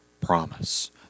promise